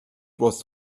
was